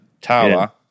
tower